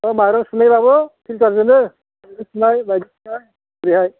ओह माइरं सुनायबाबो फिलटारजोंनो सि सुनाय बायदि सुनाय ओरैहाय